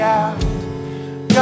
out